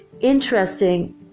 interesting